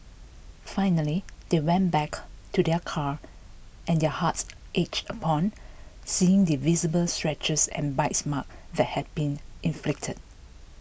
finally they went back to their car and their hearts ached upon seeing the visible scratches and bite marks that had been inflicted